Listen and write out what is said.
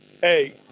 hey